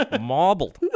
marbled